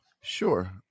Sure